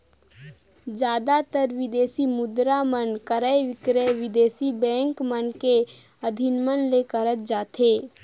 जादातर बिदेसी मुद्रा मन क्रय बिक्रय बिदेसी बेंक मन के अधिमन ले करत जाथे